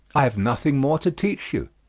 i have nothing more to teach you